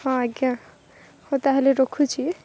ହଁ ଆଜ୍ଞା ହଉ ତା'ହେଲେ ରଖୁଛି